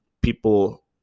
people